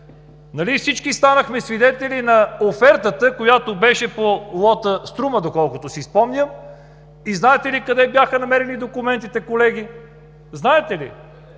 нали всички станахме свидетели на офертата, която беше по лота на „Струма“, доколкото си спомням, и знаете ли къде бяха намерени документите, колеги? Знаете ли?